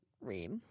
read